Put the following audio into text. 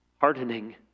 hardening